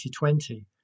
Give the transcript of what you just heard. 2020